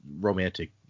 romantic